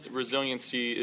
resiliency